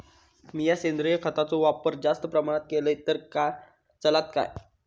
मीया सेंद्रिय खताचो वापर जास्त प्रमाणात केलय तर चलात काय?